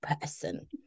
person